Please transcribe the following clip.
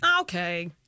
okay